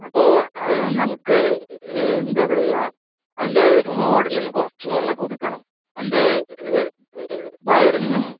അപ്പോൾ നമുക്ക് എന്താ പറയുക അതിൻ്റെ ഒരു മോഡൽ ഒന്ന് കുറച്ചും കൂടെ ഒന്ന് പുതുക്കണം അതിൻ്റെ വയറിങ്ങും